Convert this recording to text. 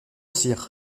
sire